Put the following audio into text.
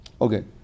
Okay